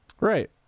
right